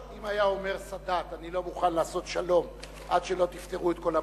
אם היה אומר סאדאת: אני לא מוכן לעשות שלום עד שלא תפתרו את כל הבעיות,